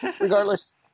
Regardless